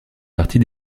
partie